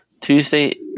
Tuesday